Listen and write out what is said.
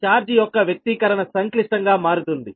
charge యొక్క వ్యక్తీకరణ సంక్లిష్టంగా మారుతుంది